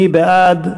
מי בעד?